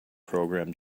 program